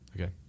okay